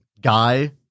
guy